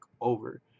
over